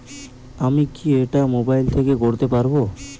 আমি কি এটা মোবাইল থেকে করতে পারবো?